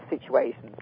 situations